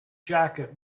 jacket